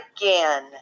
again